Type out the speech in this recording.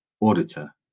auditor